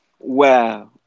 Wow